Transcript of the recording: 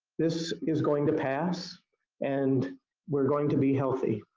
this is going to pass and we're going to be healthy,